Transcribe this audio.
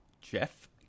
Jeff